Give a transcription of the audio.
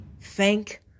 thank